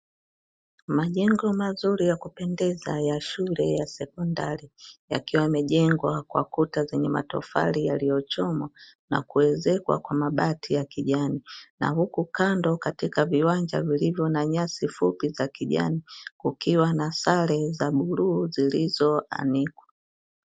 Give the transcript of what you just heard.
Majengo mazuri ya kupendeza ya shule ya sekondari, yakiwa yamejengwa kwa kuta zenye matofali yaliyochomwa na kuezekwa kwa mabati ya kijani na huku kando katika viwanja vilivyo na nyasi fupi za kijani, kukiwa na sare za buluu zilizoanikwa.